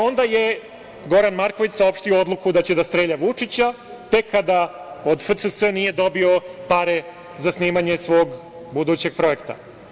Onda je Goran Marković saopštio odluku da će da strelja Vučića tek kada od FCS nije dobio pare za snimanje svog budućeg projekta.